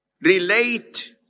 relate